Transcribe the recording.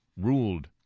ruled